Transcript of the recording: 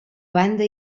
banda